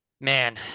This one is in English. Man